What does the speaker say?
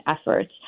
efforts